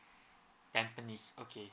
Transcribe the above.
tampines okay